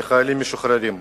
לחיילים משוחררים.